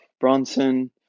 Bronson